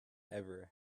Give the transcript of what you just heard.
ever